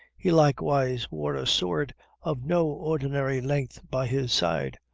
he likewise wore a sword of no ordinary length by his side,